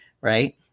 right